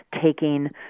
taking